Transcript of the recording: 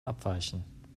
abweichen